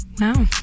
Wow